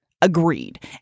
Agreed